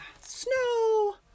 snow